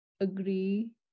agree